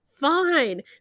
fine